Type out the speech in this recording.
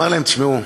הוא אמר להם: תשמעו,